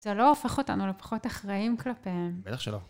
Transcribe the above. זה לא הופך אותנו לפחות אחראים כלפיהם. בטח שלא.